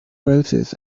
roses